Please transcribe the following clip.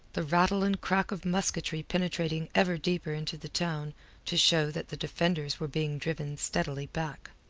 the rattle and crack of musketry penetrating ever deeper into the town to show that the defenders were being driven steadily back.